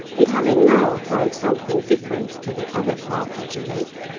and having now found something different to the other parts of the lake,